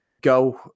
go